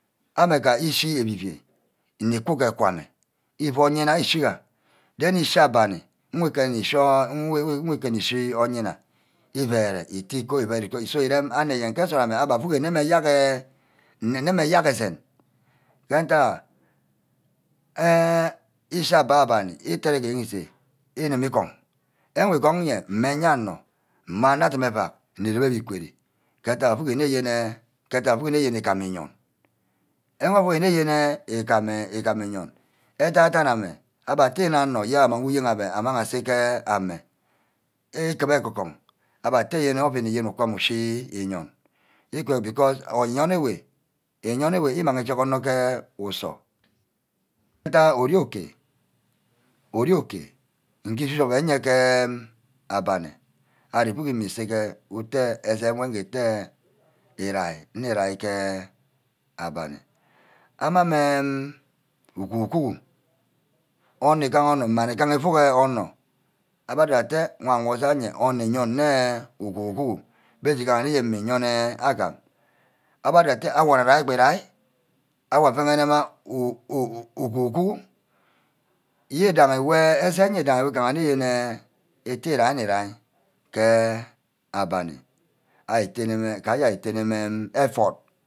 Amega ishi ke evi-vai nni ku ke egwame, ifu oyina ifugha, den ishi abani eweh kume, nwe kubo nnishi ke oyina, ivere iti ko ivere iko so irem anor ayen avu, avu nne mme ayerk esen ke ntack ha eh ishi agba-bani iket ke eyen ise, ikube igon ke wor igon nye nne ayanor, nne adim evack nni reme ke igwere ke ntack, ye ntack abe ovuck nne yene igam-iyon, ke wor abe avuck nne yene igam, igam-iyon ke adan-dane ame abbe ateh yene anor amang uyen abbe amang ase ke ame ikube egon-gon abe atte yen ovini ukamo ushi inuck, igwe because oryon ewe, oyon ewe imang ije anor ke usor ntack ori-okay nge ishi oven ye ke abani ari ivuck mme ise ke otu asen wor ite nni-rai, nni rai ke abani ama-mme okokuhu onor igaha onor mma nni gaha ivuck onor, wan wor sana onor iyon nne okokuhu beje igaha nne yene nyon agam abbe adoh-wor atte awor narai igbe irai? Awor avenema okokuhu asene wu gaha nne yene iti irai nni rai ke abani ari teneme gaja ari teneme evort.